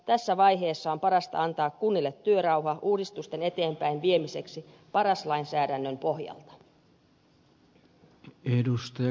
tässä vaiheessa on parasta antaa kunnille työrauha uudistusten eteenpäinviemiseksi paras lainsäädännön pohjalta